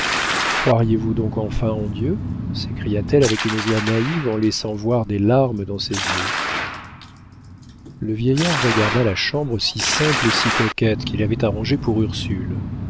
vous donc enfin en dieu s'écria-t-elle avec une joie naïve en laissant voir des larmes dans ses yeux le vieillard regarda la chambre si simple et si coquette qu'il avait arrangée pour ursule